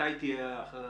מתי תהיה ההכרעה?